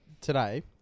today